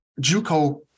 Juco